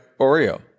Oreo